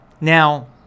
Now